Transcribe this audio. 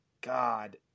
god